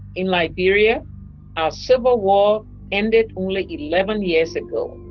in liberia our civil war ended only eleven years ago.